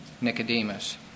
nicodemus